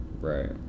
Right